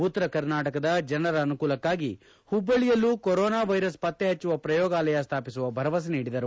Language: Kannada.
ಉತ್ತರ ಕರ್ನಾಟಕದ ಜನರ ಅನುಕೂಲಕ್ಕಾಗಿ ಹುಬ್ಬಳ್ಳಯಲ್ಲೂ ಕೊರೋನಾ ವೈರಸ್ ಪತ್ತೆ ಹಚ್ಚುವ ಪ್ರಯೋಗಾಲಯ ಸ್ಥಾಪಿಸುವ ಭರವಸೆ ನೀಡಿದರು